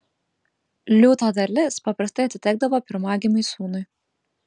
liūto dalis paprastai atitekdavo pirmagimiui sūnui